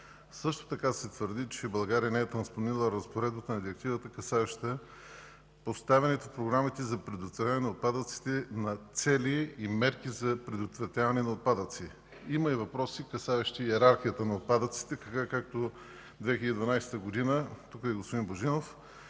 Също така се твърди, че България не е транспонирала разпоредбата на Директивата, касаеща поставянето в програмите за предотвратяване на отпадъците на цели и мерки за предотвратяване на отпадъците. Има и въпроси, касаещи йерархията на отпадъците. През 2012 г., тук е и господин Божинов,